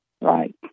Right